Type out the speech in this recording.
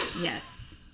Yes